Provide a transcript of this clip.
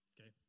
Okay